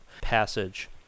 passage